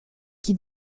qui